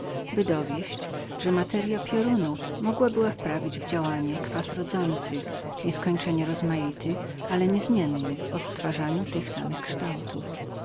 jedynie że materya piorunu mogła była wprawić w działanie kwas rodzący nieskończenie rozmaity ale stały w przeradzaniu się w tychże samych kształtach